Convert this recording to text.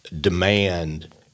demand